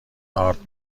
آرد